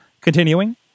continuing